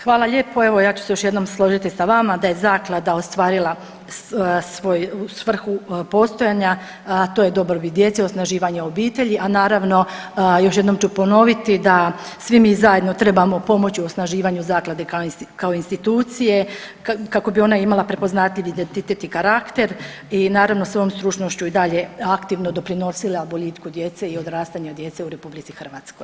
Hvala lijepo, evo ja ću se još jednom složiti sa vama da je zaklada ostvarila svoju svrhu postojanja, a to je dobrobit djece i osnaživanje obitelji, a naravno još jednom ću ponoviti da svi mi zajedno trebamo pomoći u osnaživanju zaklade kao institucije kako bi ona imala prepoznatljiv identitet i karakter i naravno svojom stručnošću i dalje aktivno doprinosila boljitku djece i odrastanju djece u RH.